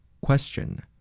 Question